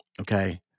Okay